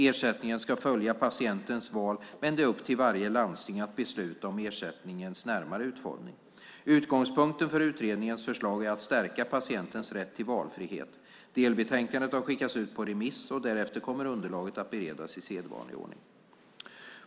Ersättningen ska följa patientens val, men det är upp till varje landsting att besluta om ersättningens närmare utformning. Utgångspunkten för utredningens förslag är att stärka patientens rätt till valfrihet. Delbetänkandet har skickats ut på remiss. Därefter kommer underlaget att beredas i sedvanlig ordning.